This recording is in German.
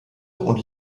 und